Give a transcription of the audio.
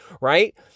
right